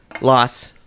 Loss